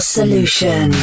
Solution